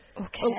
Okay